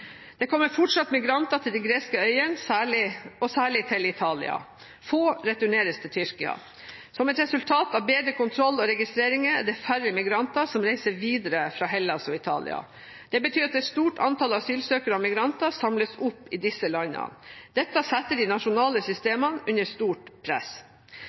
Det kommer fortsatt migranter til de greske øyene og særlig til Italia. Få returneres til Tyrkia. Som et resultat av bedre kontroll og registreringer er det færre migranter som reiser videre fra Hellas og Italia. Det betyr at et stort antall asylsøkere og migranter samles opp i disse landene. Dette setter de nasjonale systemene under stort press.